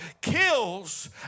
kills